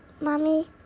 Mommy